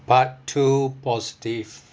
part two positive